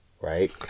Right